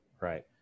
right